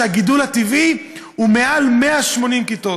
כשהגידול הטבעי הוא מעל 180 כיתות.